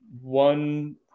one